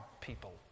people